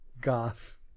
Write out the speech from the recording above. goth